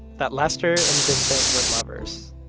that lester and vincent were lovers.